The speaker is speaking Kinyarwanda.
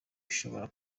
ashobora